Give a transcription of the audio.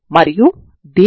ఇది మీ 0 0